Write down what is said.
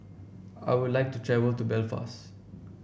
I would like to travel to Belfast